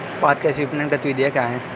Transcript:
पाँच कृषि विपणन गतिविधियाँ क्या हैं?